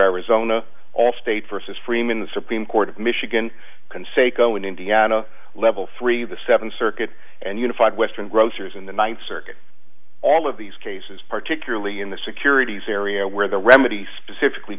arizona all states versus freeman the supreme court of michigan conseco in indiana level three of the seventh circuit and unified western grocers in the ninth circuit all of these cases particularly in the securities area where the remedy specifically